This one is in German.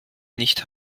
nicht